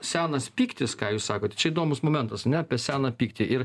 senas pyktis ką jūs sakote čia įdomus momentas ane apie seną pyktį ir